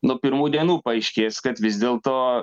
nuo pirmų dienų paaiškės kad vis dėlto